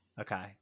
Okay